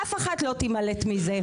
אף אחת לא תימלט מזה,